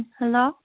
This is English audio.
hello